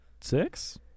six